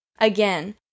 Again